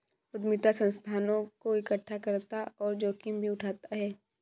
उद्यमिता संसाधनों को एकठ्ठा करता और जोखिम भी उठाता है